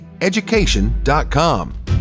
education.com